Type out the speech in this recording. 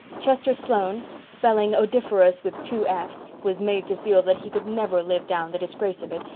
chester sloane, spelling odoriferous with two f's, was made to feel that he could never live down the disgrace of it,